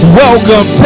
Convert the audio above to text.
welcome